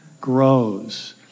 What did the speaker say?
grows